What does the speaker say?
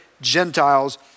Gentiles